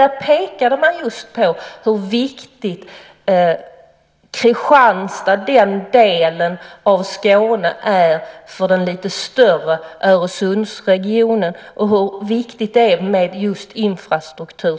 Där pekade man på hur viktig den del av Skåne där Kristianstad ligger är för den lite större Öresundsregionen och hur viktigt det är med satsningar på infrastruktur